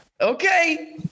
Okay